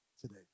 today